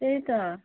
त्यही त